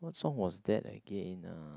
what song was that again uh